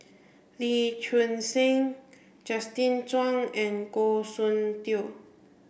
Lee Choon Seng Justin Zhuang and Goh Soon Tioe